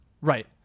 right